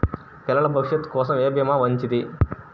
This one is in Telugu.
పిల్లల భవిష్యత్ కోసం ఏ భీమా మంచిది?